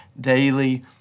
daily